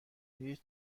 هیچ